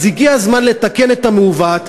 אז הגיע הזמן לתקן את המעוות.